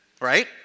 right